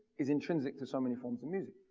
is intrinsic to so many forms of music.